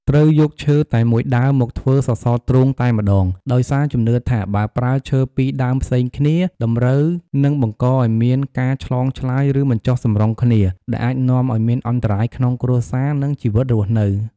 ត្រូវយកឈើតែមួយដើមមកធ្វើសសរទ្រូង តែម្ដង ដោយសារជំនឿថា បើប្រើឈើពីរដើមផ្សេងគ្នា តម្រូវនឹងបង្កឲ្យមានការឆ្លងឆ្លើយ ឬមិនចុះសម្រុងគ្នា ដែលអាចនាំឲ្យមានអន្តរាយក្នុងគ្រួសារ និងជីវិតរស់នៅ។